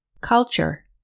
Culture